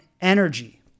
energy